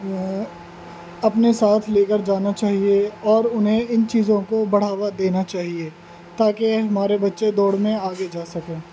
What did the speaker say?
اپنے ساتھ لے کر جانا چاہیے اور انہیں ان چیزوں کو بڑھاوا دینا چاہیے تاکہ ہمارے بچے دوڑ میں آگے جا سکیں